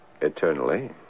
Eternally